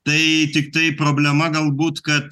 tai tiktai problema galbūt kad